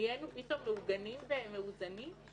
נהיינו פתאום מהוגנים ומאוזנים?